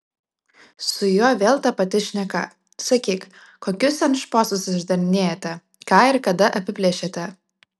su juo vėl ta pati šneka sakyk kokius ten šposus išdarinėjate ką ir kada apiplėšėte